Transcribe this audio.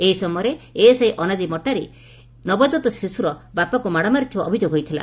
ଏହି ସମୟରେ ଏଏସ୍ଆଇ ଅନାଦି ମଟାରି ଉକ୍ତ ନବଜାତ ଶିଶୁର ବାପାଙ୍କୁମାଡ଼ ମାରିଥିବା ଅଭିଯୋଗ ହୋଇଥିଲା